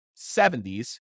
70s